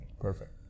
Perfect